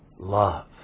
love